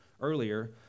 earlier